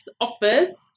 offers